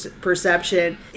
perception